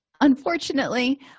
unfortunately